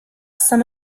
some